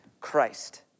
Christ